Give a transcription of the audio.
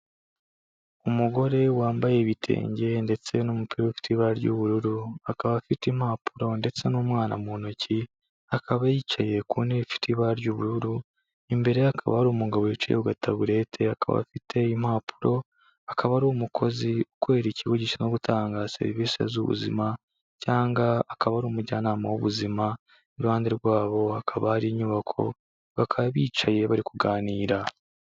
Umugore wambaye ibitenge ndetse n'umupira ufite ibara ry'ubururu, akaba afite impapuro ndetse n'umwana mu ntoki, akaba yicaye ku ntebe ifite ibara ry'ubururu, imbere ye hakaba hari umugabo wicaye ku gataburete, akaba afite impapuro, akaba ari umukozi ukorera ikigo gishinzwe gutanga serivisi z'ubuzima cyangwa akaba ari umujyanama w'ubuzima, iruhande rwabo hakaba hari inyubako, bakaba bicaye bari kuganira.